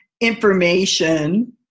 information